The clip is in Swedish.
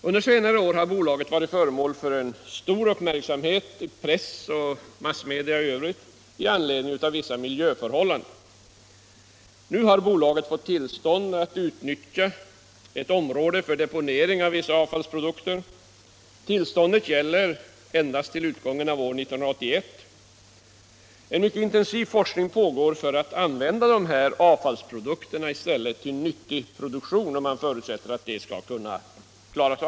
Under senare år har bolaget varit föremål för stor uppmärksamhet i press och massmedia i övrigt med anledning av vissa miljöfrågor. Nu har bolaget fått tillstånd att utnyttja ett område för deponering av vissa avfallsprodukter. Tillståndet gäller endast till utgången av år 1981. En mycket intensiv forskning pågår för att finna användning för dessa avfallsprodukter i nyttig produktion, och man förutsätter att denna uppgift kommer att kunna klaras.